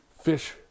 Fish